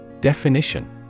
Definition